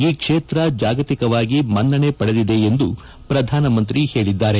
ಈ ಕ್ಷೇತ್ರ ಜಾಗತಿಕವಾಗಿ ಮನ್ನಣೆ ಪಡೆದಿದೆ ಎಂದು ಪ್ರಧಾನಮಂತ್ರಿ ಹೇಳಿದ್ದಾರೆ